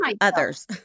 others